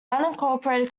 unincorporated